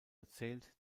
erzählt